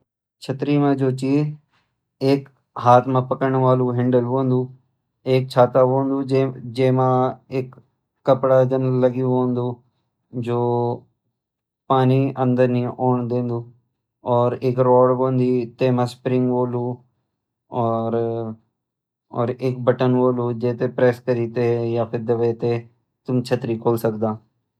छतरी म जो छ एक हाथ म पकडन वाल हैंडल होंद एक छाता होंद जै म एक कपडा जन लग्युं होंद जो पानी अन्दर नी ओण देंद और एक रोड होंदी तै म स्प्रिंग होंद और एक बटन होंद जै ते प्रेस करी तै या फिर दबय तैं तुम छतरी खोली सकद।